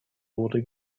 wurde